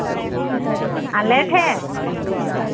ᱟᱞᱮ ᱴᱷᱮᱱ